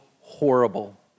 horrible